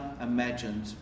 imagined